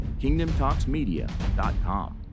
KingdomTalksMedia.com